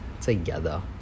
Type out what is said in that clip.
together